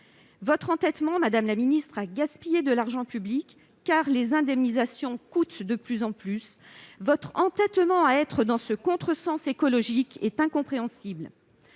? L'entêtement de Mme la ministre à gaspiller de l'argent public- les indemnisations coûtent de plus en plus cher -, à être dans ce contresens écologique est incompréhensible.